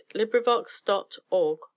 LibriVox.org